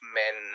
men